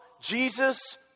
Jesus